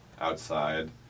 outside